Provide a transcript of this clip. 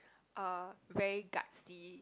uh very gutsy